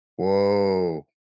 Whoa